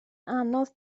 anodd